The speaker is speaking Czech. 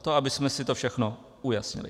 To abychom si to všechno ujasnili.